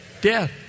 death